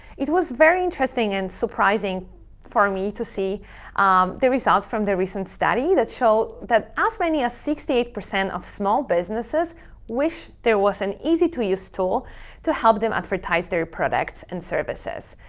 it was very interesting and surprising for me to see um the results from the recent study that showed that as many as sixty eight percent of small businesses wish there was an easy to use tool to help them advertise their products and services.